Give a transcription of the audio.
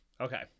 Okay